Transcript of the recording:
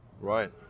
Right